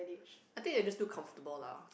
I think you're just too comfortable lah